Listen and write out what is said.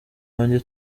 wanjye